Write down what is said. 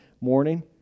morning